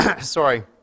sorry